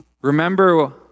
Remember